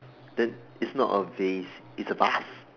then it's not a vase it's a vase